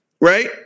Right